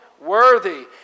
worthy